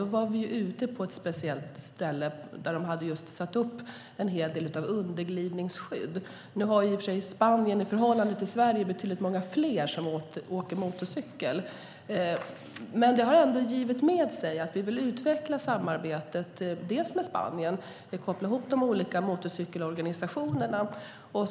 Då var vi på ett speciellt ställe, där de hade satt upp en hel del underglidningsskydd. Spanien har i och för sig i förhållande till Sverige betydligt många fler som åker motorcykel. Men vi har ändå sagt att vi vill utveckla samarbetet med Spanien och koppla ihop med de olika motorcykelorganisationerna.